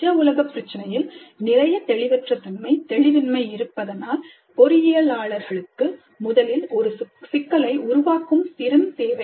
நிஜ உலக பிரச்சினையில் நிறைய தெளிவற்ற தன்மை தெளிவின்மை இருப்பதனால் பொறியியலாளர்களுக்கு முதலில் ஒரு சிக்கலை உருவாக்கும் திறன் தேவை